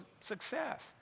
success